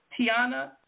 Tiana